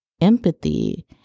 Empathy